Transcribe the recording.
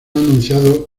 anunciado